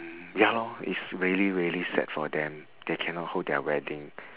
ya lor it's really really sad for them they cannot hold their wedding